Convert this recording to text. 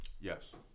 Yes